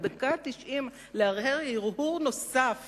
בדקה התשעים להרהר הרהור נוסף